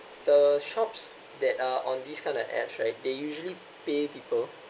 the shops that are on this kind of app right they usually pay people